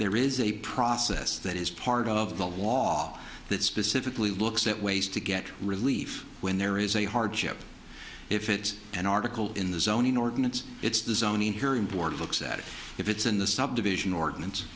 there is a process that is part of the law that specifically looks at ways to get relief when there is a hardship if it's an article in the zoning ordinance it's the zoning hearing board looks at it if it's in the subdivision ordinance